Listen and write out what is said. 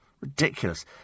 Ridiculous